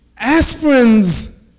Aspirins